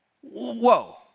whoa